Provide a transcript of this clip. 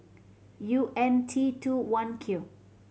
U N T two I Q